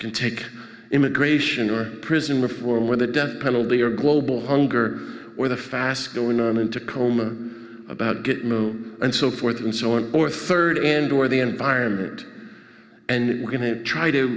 can take immigration or prison reform where the death penalty or global hunger or the fast going on in tacoma about get known and so forth and so on or third end or the environment and we're going to try to